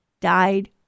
died